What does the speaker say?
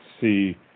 see